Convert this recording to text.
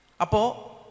Apo